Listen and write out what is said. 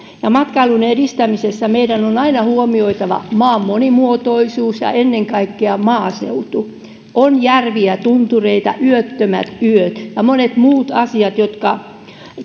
ja matkailun edistämisessä meidän on aina huomioitava maan monimuotoisuus ja ennen kaikkea maaseutu on järviä tuntureita yöttömät yöt ja monet muut asiat jotka